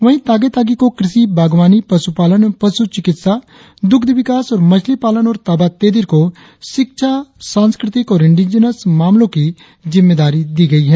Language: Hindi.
वही तागे ताकी को कृषि बागवानी पशुपालन एवं पशुचिकित्सा दुग्ध विकास और मछली पालन और ताबा तेदिर को शिक्षा सांस्कृतिक और इंडिजिनस मामलो को जिम्मेदारी दी गई है